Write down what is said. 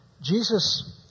Jesus